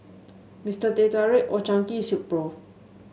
Mister Teh Tarik Old Chang Kee Silkpro